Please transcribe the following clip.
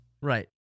Right